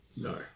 No